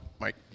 mike